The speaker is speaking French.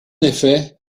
effet